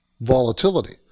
volatility